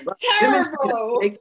terrible